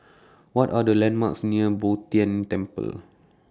What Are The landmarks near Bo Tien Temple